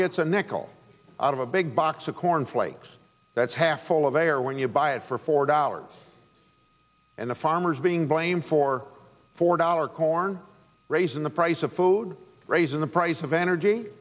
gets a nickel out of a big box of corn flakes that's half full of a or when you buy it for four dollars and the farmers being blamed for four dollars corn raising the price of food raising the price of energy